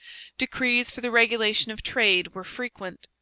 decrees for the regulation of trade were frequent.